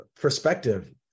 perspective